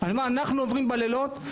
על מה אנחנו עוברים בלילות.